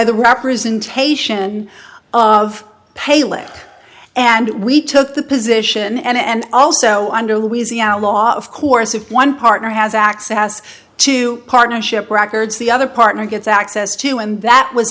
the representation of paley and we took the position and also under louisiana law of course if one partner has access to partnership records the other partner gets access to and that was